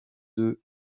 deux